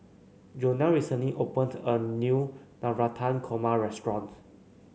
Jonell recently opened a new Navratan Korma restaurant